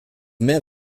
mehr